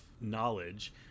knowledge